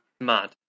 mad